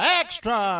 extra